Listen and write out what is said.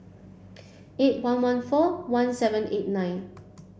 eight one one four one seven eight nine